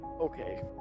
okay